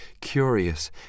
curious